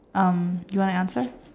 um do I answer